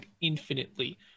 infinitely